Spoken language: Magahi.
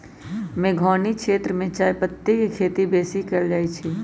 मेघौनी क्षेत्र में चायपत्ति के खेती बेशी कएल जाए छै